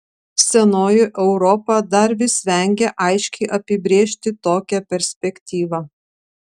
senoji europa dar vis vengia aiškiai apibrėžti tokią perspektyvą